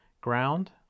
ground